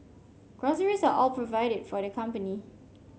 groceries are all provided for the company